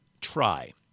try